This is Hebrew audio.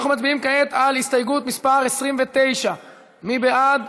אנחנו מצביעים כעת על הסתייגות מס' 29. מי בעד?